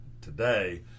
today